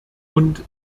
und